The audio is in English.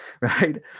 right